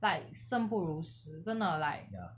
like 生不如死真的 like